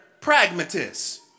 pragmatists